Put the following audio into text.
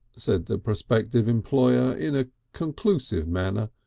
said the prospective employer in a conclusive manner,